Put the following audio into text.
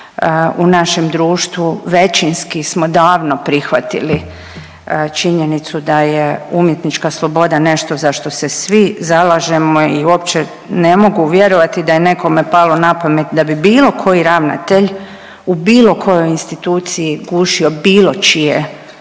u našem društvu većinski smo davno prihvatili činjenicu da je umjetnička sloboda nešto za što se svi zalažemo i uopće ne mogu vjerovati da je nekome palo na pamet da bi bilo koji ravnatelj u bilo kojoj instituciji gušio bilo čije